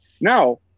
Now